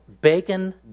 bacon